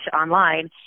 online